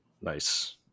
Nice